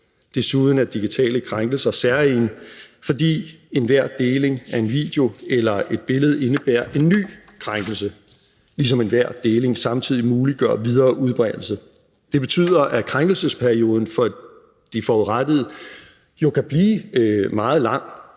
Desuden er digitale krænkelser særegne, fordi enhver deling af en video eller et billede indebærer en ny krænkelse, ligesom enhver deling samtidig muliggør videre udbredelse. Det betyder, at krænkelsesperioden for de forurettede jo kan blive meget lang.